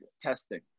testing